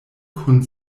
kun